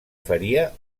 faria